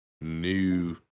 new